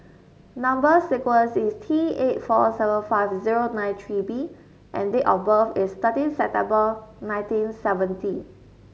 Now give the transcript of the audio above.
number sequence is T eight four seven five zero nine three B and date of birth is thirteen September nineteen seventy